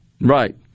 Right